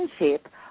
relationship